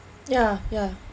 ya ya